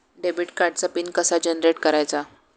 Debit कार्डचा PIN कसा generate करायचा?